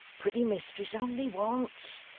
pretty mistress, only once,